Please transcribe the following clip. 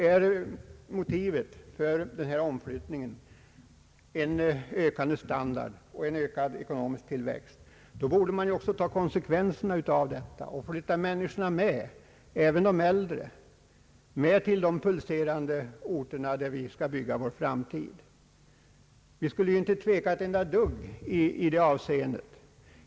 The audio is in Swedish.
är motivet för omflyttningen en stigande standard och en ökad ekonomisk tillväxt, borde man också ta konsekvenserna och flytta människorna — även de äldre — till de pulserande orter där vi skall bygga vår framtid. Vi borde inte tveka ett enda dugg i det avseendet.